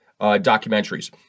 documentaries